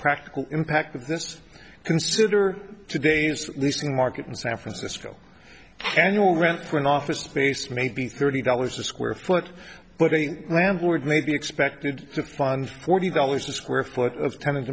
practical impact of this consider today's leasing market in san francisco annual rent for an office space maybe thirty dollars a square foot but a landlord may be expected to fund forty dollars a square foot of ten